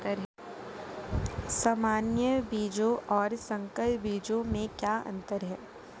सामान्य बीजों और संकर बीजों में क्या अंतर है?